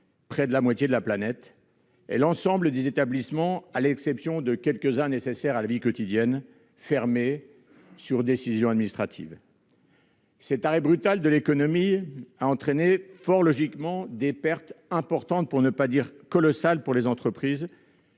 près de la moitié de la planète -, et l'ensemble des établissements, à l'exception de quelques-uns nécessaires à la vie quotidienne, fermés sur décision administrative. Cet arrêt brutal de l'économie a fort logiquement entraîné des pertes importantes, voire colossales pour les entreprises,